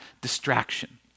distraction